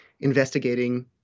investigating